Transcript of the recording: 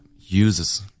uses